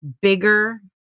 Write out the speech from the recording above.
bigger